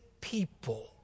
people